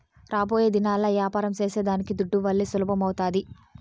రాబోయేదినాల్ల యాపారం సేసేదానికి దుడ్డువల్లే సులభమౌతాది